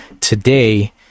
today